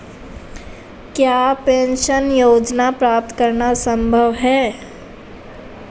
क्या पेंशन योजना प्राप्त करना संभव है?